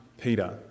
Peter